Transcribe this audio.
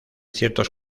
ciertos